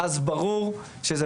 ברור שזו